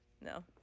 No